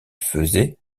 faisait